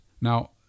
Now